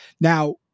now